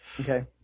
Okay